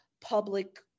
public